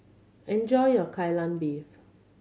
enjoy your Kai Lan Beef